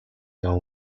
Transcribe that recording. own